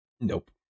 Nope